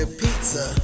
pizza